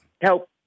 help